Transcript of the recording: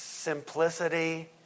Simplicity